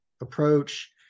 approach